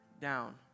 down